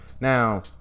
Now